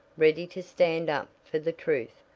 ready to stand up for the truth,